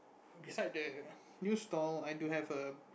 beside that new stall I do have a